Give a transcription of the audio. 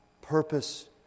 purpose